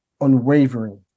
unwavering